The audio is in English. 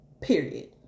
Period